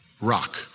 rock